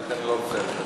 ולכן אני לא רוצה,